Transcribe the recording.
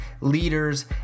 leaders